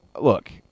look